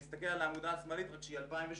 נסתכל על העמודה השמאלית שהיא מ-2018.